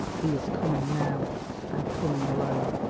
he is coming now and coming alone!